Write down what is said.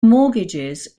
mortgages